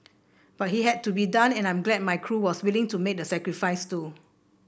but he had to be done and I'm glad my crew was willing to make the sacrifice too